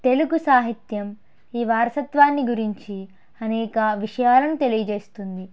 తెలుగు సాహిత్యం ఈ వారసత్వాన్ని గురించి అనేక విషయాలను తెలియజేస్తుంది